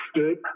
escape